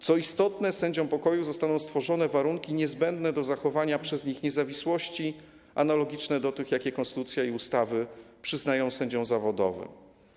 Co istotne, sędziom pokoju zostaną stworzone warunki niezbędne do zachowania przez nich niezawisłości, analogiczne do tych, jakie konstytucja i ustawy przyznają sędziom zawodowym.